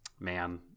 Man